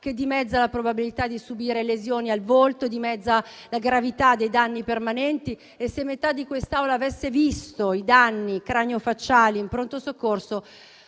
che dimezza la probabilità di subire lesioni al volto, dimezza la gravità dei danni permanenti. E se metà di quest'Assemblea avesse visto, in pronto soccorso,